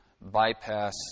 bypass